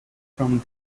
from